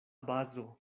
bazo